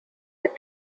that